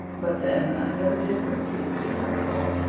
but then i never did whip you, did i, paul?